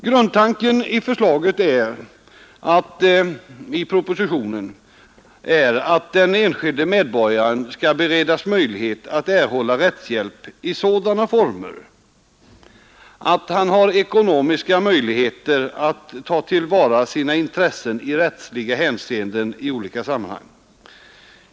Grundtanken i propositionens förslag är att den enskilde medborgaren skall beredas möjlighet att erhålla rättshjälp i sådana former att han har ekonomiska möjligheter att ta till vara sina intressen i rättsligt hänseende i olika sammanhang.